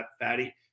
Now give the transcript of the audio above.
fatty